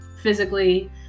physically